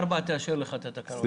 "(ג)